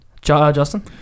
Justin